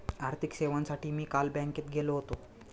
आर्थिक सेवांसाठी मी काल बँकेत गेलो होतो